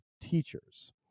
teachers